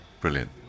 Brilliant